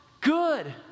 good